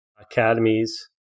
academies